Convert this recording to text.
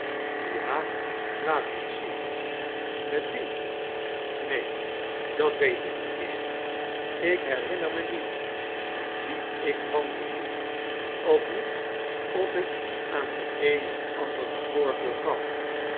ja laat eens zien met wie neen dat weet ik niet meer ik herinner me niet met wien ik wandelde ook niet of ik aan den een of ander de voorkeur gaf